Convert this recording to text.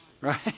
Right